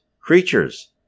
creatures